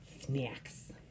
snacks